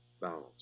balance